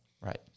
Right